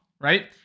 right